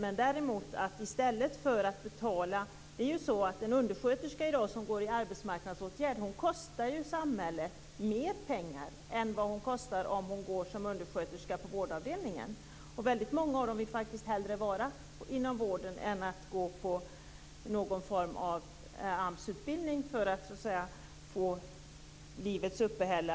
En undersköterska som i dag går i arbetsmarknadsåtgärd kostar samhället mer pengar än hon skulle kosta om hon gick som undersköterska på vårdavdelningen. Väldigt många av dem vill faktiskt hellre vara inom vården än att gå på någon form av AMS utbildning för att klara av uppehället.